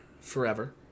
forever